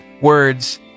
words